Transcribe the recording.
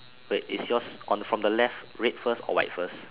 wait is yours on from the left red first or white first